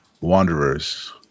Wanderers